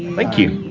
thank you.